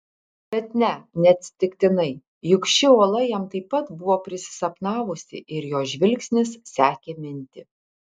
bet ne neatsitiktinai juk ši uola jam taip pat buvo prisisapnavusi ir jo žvilgsnis sekė mintį